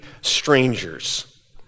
strangers